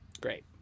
Great